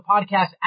podcast